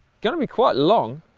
gonna be quite long.